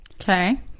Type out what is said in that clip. Okay